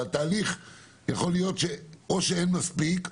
יכול להיות שאין מספיק,